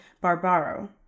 Barbaro